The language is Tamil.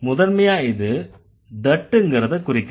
முதன்மையா இது that ங்கறதக் குறிக்குது